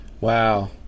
Wow